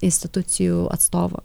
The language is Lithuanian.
institucijų atstovo